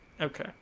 Okay